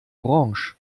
orange